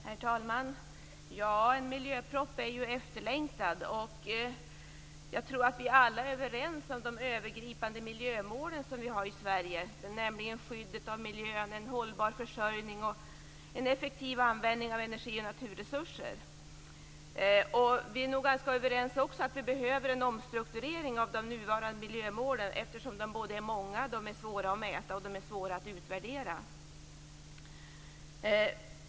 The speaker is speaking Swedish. Herr talman! En miljöproposition är ju efterlängtad. Jag tror att vi alla är överens om de övergripande miljömålen som vi har i Sverige, nämligen skyddet av miljön, en hållbar försörjning och en effektiv användning av energi och naturresurser. Vi är nog ganska överens också om att det behövs en omstrukturering av de nuvarande miljömålen, eftersom de är många och svåra att mäta och utvärdera.